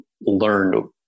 learned